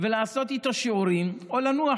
ולעשות איתו שיעורים או לנוח.